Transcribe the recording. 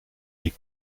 des